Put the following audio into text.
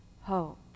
hope